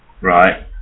right